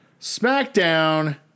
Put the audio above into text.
SmackDown